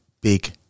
big